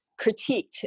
critiqued